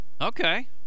Okay